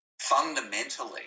Fundamentally